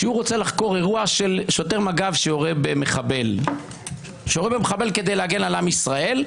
כשהוא רוצה לחקור אירוע של שוטר מג"ב שיורה במחבל כדי להגן על עם ישראל,